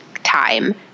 time